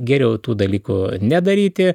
geriau tų dalykų nedaryti